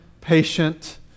patient